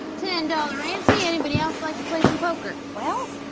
ten dollars ante, anybody else like to play some poker? well,